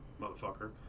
motherfucker